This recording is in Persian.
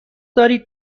دارید